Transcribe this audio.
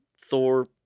Thor